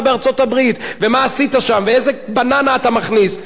בארצות-הברית ומה עשית שם ואיזה בננה אתה מכניס,